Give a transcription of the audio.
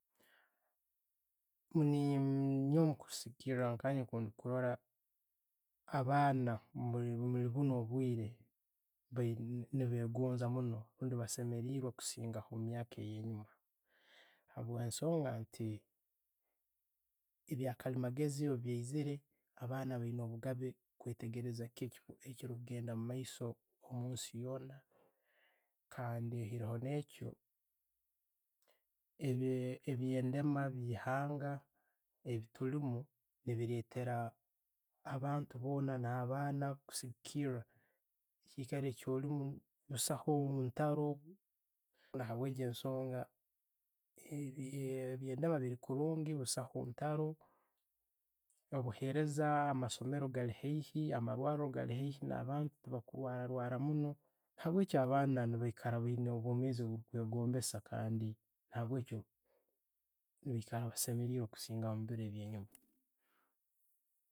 Kuni Omukusiigikira nkainje nkwenkurora, abaana mubuli bunno obwiire ne'begonza munno, bassemerirwe kusinga ku'myaka yenyuma habwesonga nti ebyakalimageezi bwebiiziire, abaana bayiina obugabe kwetegereza chiki echikugenda omumaiso omunsi yoona. Kandi oyireho neekya, ebyendeema ebyeihanga ebituulimu ebiletera abantu boona na'baana kusigiikira ekiikaro kyoliimu, busaho entaro. Na'bwe egyo ensonga, ebye ndeema biri kurungi busaho rutaro, obuhereeza, amasomero gali haihi, amarwariro buli gali haihi na'bantu, tebakulwararara munno. Nabweki abaana neibaikara bayina obwomeezi obukwengombesa handi. Nabwekyo, nibaikara basemereirwe kukiira omubwiire bwenjuma.